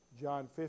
John